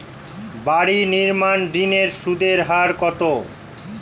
বাড়ি নির্মাণ ঋণের সুদের হার কত?